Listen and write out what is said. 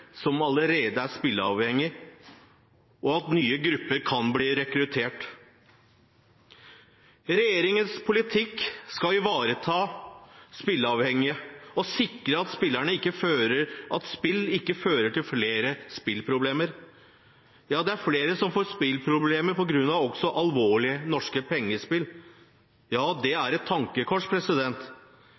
som allerede er spilleavhengig, og at nye grupper kan bli rekruttert. Regjeringens politikk skal ivareta spilleavhengige og sikre at spill ikke fører til flere spilleproblemer. Ja, det er flere som får spilleproblemer også på grunn av lovlige norske pengespill, og det er et tankekors.